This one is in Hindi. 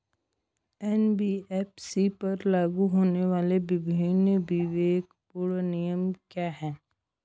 एन.बी.एफ.सी पर लागू होने वाले विभिन्न विवेकपूर्ण नियम क्या हैं?